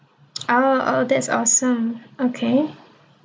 oh oh that's awesome okay